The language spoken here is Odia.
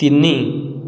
ତିନି